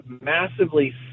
massively